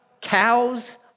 cows